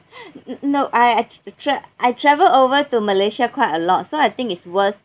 no I I tr~ I travelled over to malaysia quite a lot so I think it's worth